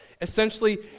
essentially